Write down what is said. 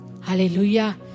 Hallelujah